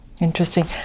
Interesting